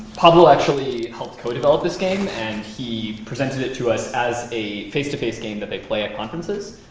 pablo actually helped co-develop this game. and he presented it to us as a face-to-face game that they play at conferences.